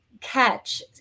catch